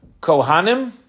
Kohanim